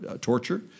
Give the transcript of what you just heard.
torture